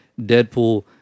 Deadpool